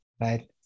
right